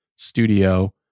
Studio